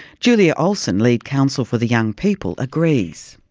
julia olson, lead counsel for the young people, agrees.